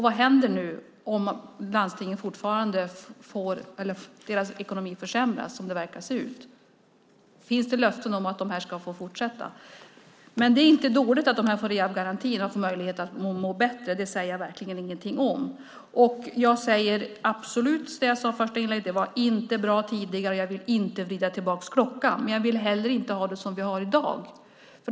Vad händer nu om landstingens ekonomi försämras som den verkar göra? Finns det löften om att dessa ska få fortsätta? Det är inte dåligt att dessa personer får en rehabiliteringsgaranti och att de får möjlighet att må bättre. Det säger jag verkligen ingenting om. Jag säger precis som jag sade i mitt första inlägg, nämligen att det inte var bra tidigare och att jag inte vill vrida tillbaka klockan. Men jag vill inte heller ha det som det är i dag.